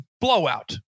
blowout